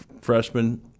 freshman